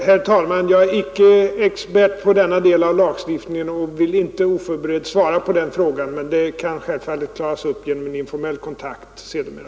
Herr talman! Jag är inte expert på denna del av lagstiftningen och vill inte oförberedd svara på den frågan, men saken kan självfallet klaras upp genom en informell kontakt sedermera.